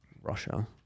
Russia